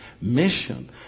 mission